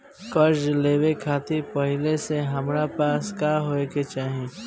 कर्जा लेवे खातिर पहिले से हमरा पास का होए के चाही?